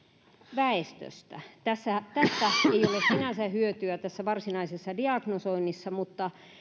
väestöstä tästä ei ole sinänsä hyötyä tässä varsinaisessa diagnosoinnissa mutta